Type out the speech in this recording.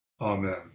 Amen